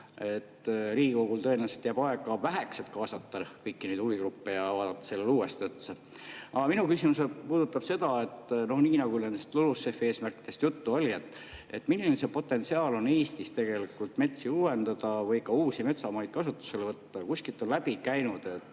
Riigikogul tõenäoliselt jääb aega väheks, et kaasata kõiki huvigruppe ja vaadata sellele uuesti otsa. Aga minu küsimus puudutab seda, nagu nendest LULUCF-i eesmärkidest juttu oli, milline see potentsiaal on Eestis tegelikult metsi uuendada või ka uusi metsamaid kasutusele võtta. Kuskilt on läbi käinud,